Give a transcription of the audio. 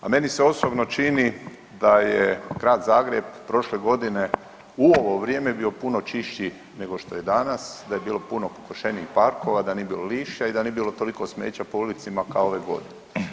A meni se osobno čini da je Grad Zagreb prošle godine u ovo vrijeme bio puno čišći nego što je danas, da je bilo puno pokošenijih parkova, da nije bilo lišća i da nije bilo toliko smeća po ulicama kao ove godine.